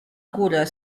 górę